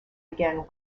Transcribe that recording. again